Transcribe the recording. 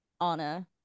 Anna